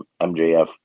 MJF